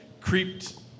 creeped